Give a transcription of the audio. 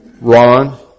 Ron